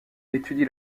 étudie